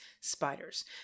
spiders